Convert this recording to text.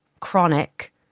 chronic